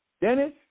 Dennis